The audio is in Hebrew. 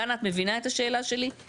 דנה, את מבינה את השאלה שלי?